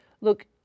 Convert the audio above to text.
look